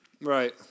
Right